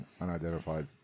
unidentified